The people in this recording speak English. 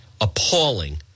appalling